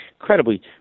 incredibly